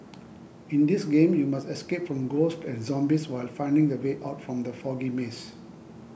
in this game you must escape from ghosts and zombies while finding the way out from the foggy maze